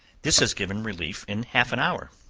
this has given relief in half an hour.